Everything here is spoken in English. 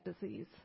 disease